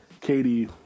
Katie